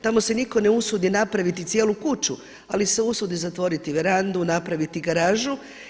Tamo se nitko ne usudi napraviti cijelu kuću ali se usudi zatvoriti verandu, napraviti garažu.